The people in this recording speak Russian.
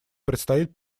предстоит